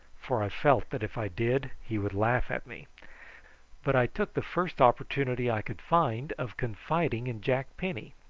for i felt that if i did he would laugh at me but i took the first opportunity i could find of confiding in jack penny.